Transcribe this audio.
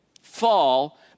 fall